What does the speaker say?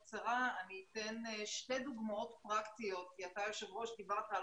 אני אתן שתי דוגמאות פרקטיות כי אתה היושב ראש דיברת על